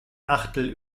achtel